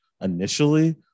initially